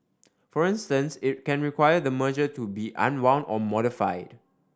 for instance it can require the merger to be unwound or modified